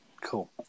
Cool